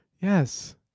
Yes